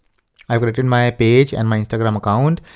i've connected my page and my instagram account.